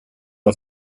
auf